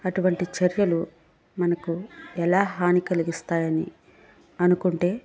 అటువంటి చర్యలు మనకు ఎలా హాని కలిగిస్తాయని అనుకుంటే